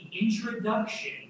introduction